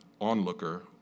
onlooker